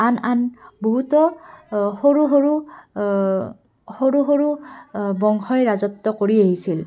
আন আন বহুতো সৰু সৰু সৰু সৰু বংশই ৰাজত্ব কৰি আহিছিল